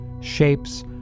shapes